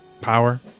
power